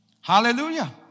Hallelujah